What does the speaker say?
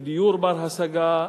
ודיור בר-השגה,